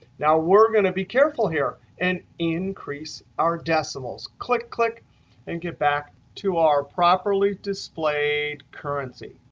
now, we're going to be careful here and increase our decimals click, click and get back to our properly displayed currency.